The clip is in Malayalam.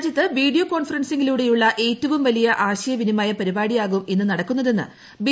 രാജ്യത്ത് വീഡിയോ കോൺഫെറൻസിംഗിലൂടെയുള്ള ഏറ്റവും വലിയ ആശയവിനിമയ പരിപാടിയാകും ഇന്ന് നടക്കുന്നതെന്ന് ബ്രി